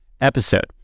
episode